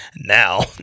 Now